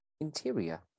Interior